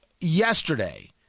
yesterday